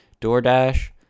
DoorDash